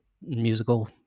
musical